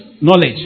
knowledge